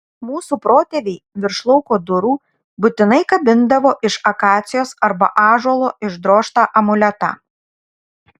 mūsų protėviai virš lauko durų būtinai kabindavo iš akacijos arba ąžuolo išdrožtą amuletą